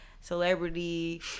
celebrity